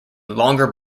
longer